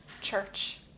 Church